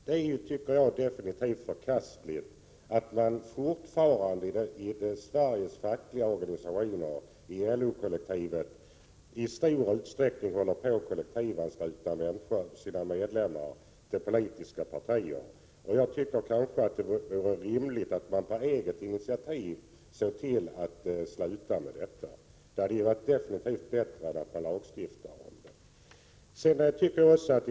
Det är, tycker jag, absolut förkastligt att fackliga organisationer inom LO-familjen i stor utsträckning kollektivansluter sina medlemmar till ett politiskt parti. Jag tycker att det vore rimligt att de på eget initiativ såg till att sluta med detta. Det hade absolut varit bättre än att lagstifta om det.